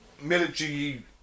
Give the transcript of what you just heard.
military